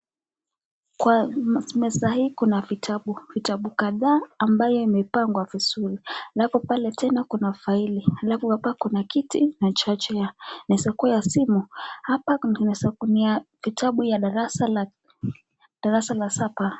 Kwa meza hii kuna vitabu kadhaa ambayo yamepangwa vizuri ,alafu pale tena kuna faili ,alafu hapa kuna kiti na (cs)charger(cs) ya inaweza kuwa ya simu, hapa kuna kundi ya vitabu ya darasa la saba.